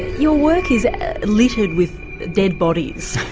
your work is littered with dead bodies,